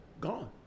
gone